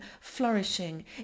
flourishing